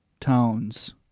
tones